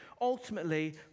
ultimately